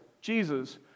Jesus